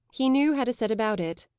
he knew how to set about it.